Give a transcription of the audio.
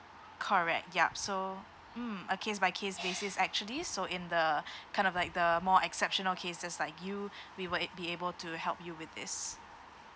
correct yup so mm a case by case basis actually so in the kind of like the more exceptional cases like you we will it be able to help you with this